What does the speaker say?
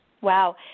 Wow